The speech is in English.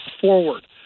forward